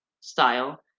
style